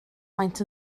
maent